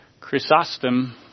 Chrysostom